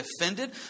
offended